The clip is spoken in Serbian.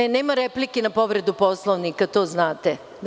Nema replike na povredu Poslovnika, to znate.